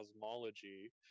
cosmology